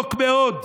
רחוק מאוד,